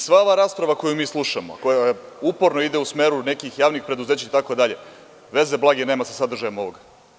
Sva ova rasprava koju mi slušamo, koja uporno ide u smeru nekih javnih preduzeća, itd, veze blage nema sa sadržajem ovog.